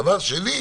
דבר שני,